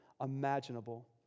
imaginable